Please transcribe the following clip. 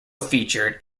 featured